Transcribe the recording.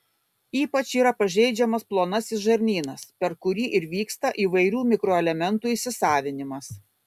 ypač yra pažeidžiamas plonasis žarnynas per kurį ir vyksta įvairių mikroelementų įsisavinimas